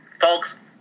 Folks